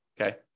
okay